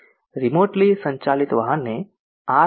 remotely સંચાલિત વાહનને R